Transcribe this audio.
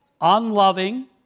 unloving